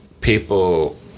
people